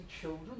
children